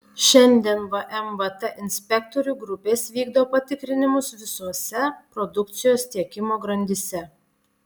šiandien vmvt inspektorių grupės vykdo patikrinimus visose produkcijos tiekimo grandyse